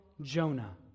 Jonah